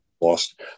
lost